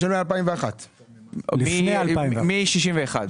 2001. מ-1961.